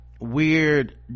weird